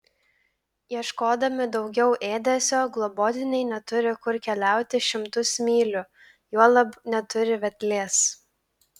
ieškodami daugiau ėdesio globotiniai neturi kur keliauti šimtus mylių juolab neturi vedlės